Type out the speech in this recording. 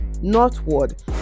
northward